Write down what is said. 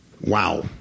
Wow